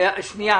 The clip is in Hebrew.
עמוס שקדי,